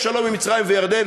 יש שלום עם מצרים וירדן,